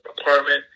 apartment